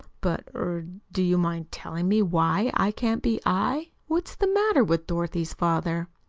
but er do you mind telling me why i can't be i? what's the matter with dorothy's father?